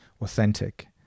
authentic